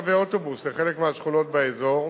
קווי האוטובוס לחלק מהשכונות באזור,